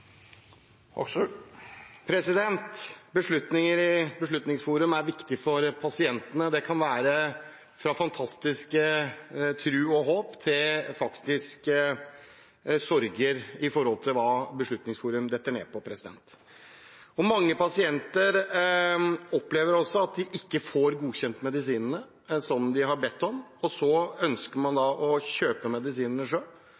Beslutninger i Beslutningsforum er viktig for pasientene. Det kan være fra fantastiske tro og håp til faktiske sorger, etter hva Beslutningsforum detter ned på. Mange pasienter opplever at de ikke får godkjent medisinene som de har bedt om. Så ønsker man